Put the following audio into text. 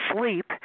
sleep